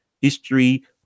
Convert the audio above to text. history